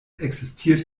existiert